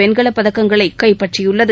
வெண்கலப்பதக்கங்களை கைப்பற்றியுள்ளது